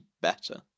better